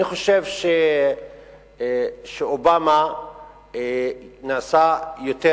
אני חושב שאובמה נעשה יותר,